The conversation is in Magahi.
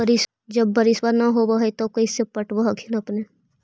जब बारिसबा नय होब है तो कैसे पटब हखिन अपने?